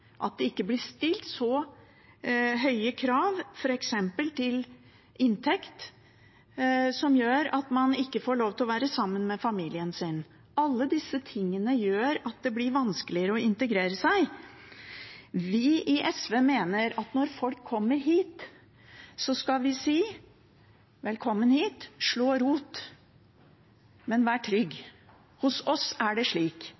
at det ikke blir stilt så høye krav, f.eks. til inntekt, som gjør at man ikke får lov til å være sammen med familien sin, alle disse tingene gjør at det blir vanskeligere å integreres. Vi i SV mener at når folk kommer hit, skal vi si velkommen hit, slå rot, men vær trygg – hos oss er det slik